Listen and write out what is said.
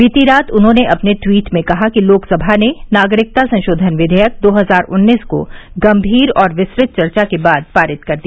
बीती रात उन्होंने अपने ट्वीट में कहा कि लोकसभा ने नागरिकता संशोधन विवेयक दो हजार उन्नीस को गम्भीर और विस्तृत चर्चा के बाद पारित कर दिया